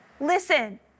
Listen